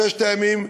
ששת הימים,